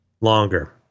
longer